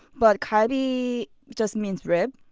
but kalbi just means rib.